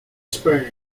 spain